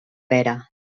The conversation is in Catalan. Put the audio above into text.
pera